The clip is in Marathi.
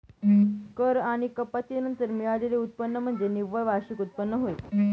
कर आणि कपाती नंतर मिळालेले उत्पन्न म्हणजे निव्वळ वार्षिक उत्पन्न होय